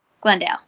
Glendale